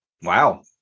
Wow